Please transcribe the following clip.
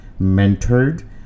mentored